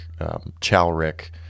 Chalric